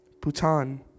Bhutan